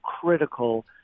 critical